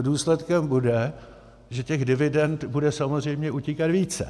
Důsledkem bude, že těch dividend bude samozřejmě utíkat více.